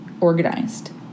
organized